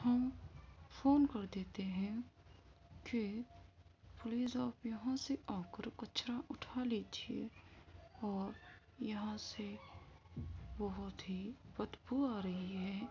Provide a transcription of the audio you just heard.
ہم فون کر دیتے ہیں کہ پلیز آپ یہاں سے آ کر کچرا اٹھا لیجیے اور یہاں سے بہت ہی بدبو آ رہی ہے